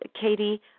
Katie